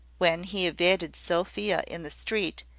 when he evaded sophia in the street,